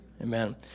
Amen